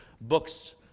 books